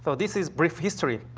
so this is brief history.